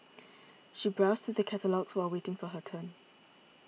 she browsed through the catalogues while waiting for her turn